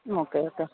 okay okay